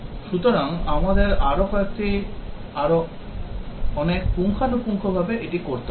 সুতরাং আমাদের আরও অনেক পুঙ্খানুপুঙ্খভাবে এটি করতে হবে